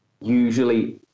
usually